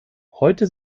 heute